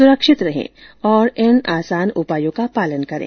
सुरक्षित रहें और इन तीन आसान उपायों का पालन करें